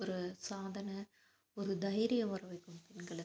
ஒரு சாதனை ஒரு தைரியம் வர வைக்கும் பெண்களுக்கு